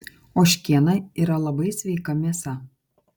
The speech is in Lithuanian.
ožkiena yra labai sveika mėsa